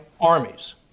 armies